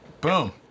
Boom